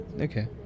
Okay